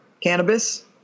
cannabis